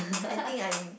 I think I'm